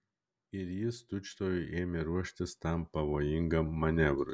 ir jis tučtuojau ėmė ruoštis tam pavojingam manevrui